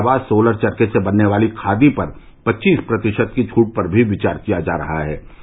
इसके अलावा सोलर चरखे से बनने वाली खादी पर पच्चीस प्रतिषत की छूट पर भी विचार किया जा रहा है